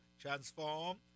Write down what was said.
Transform